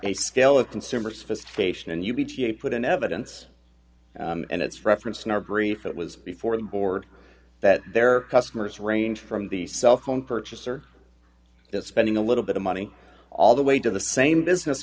a scale of consumer sophistication and u g a put in evidence and it's referenced in our brief it was before the board that their customers range from the cell phone purchaser to spending a little bit of money all the way to the same business